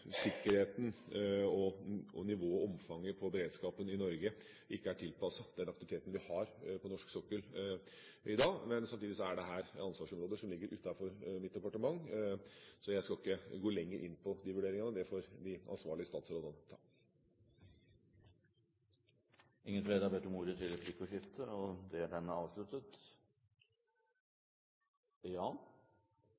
nivået og omfanget på beredskapen i Norge ikke er tilpasset den aktiviteten vi har på norsk sokkel i dag. Men samtidig er dette ansvarsområder som ligger utenfor mitt departement, så jeg skal ikke gå lenger inn på de vurderingene. Det får de ansvarlige statsrådene ta. Flere har ikke bedt om ordet til replikk – representanten Astrup rekker opp en hånd og